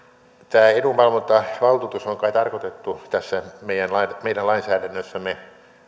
tämä edunvalvontavaltuutus on kai tarkoitettu tässä meidän meidän lainsäädännössämme